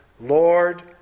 Lord